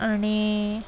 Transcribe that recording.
आणि